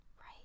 right